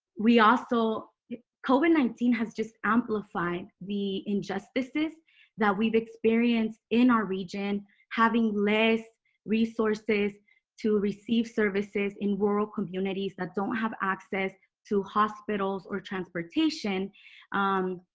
we also cover nineteen has just amplified the injustices that we've experienced in our region having less resources to receive services in rural communities that don't have access to hospitals or transportation um,